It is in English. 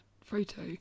photo